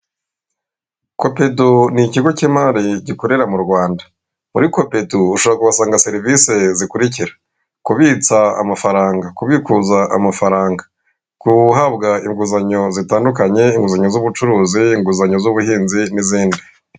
Kopedu ni ikigo cy'imari gikorera mu Rwanda, muri kopedu ushobora kuhasanga serivisi zikurikira: kubitsa amafaranga, kubikuza amafaranga, guhabwa inguzanyo zitandukanye, inguzanyo z'ubucuruzi, inguzanyo z'ubuhinzi n'izindi.